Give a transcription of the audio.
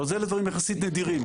אבל אלה דברים יחסית נדירים.